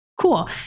cool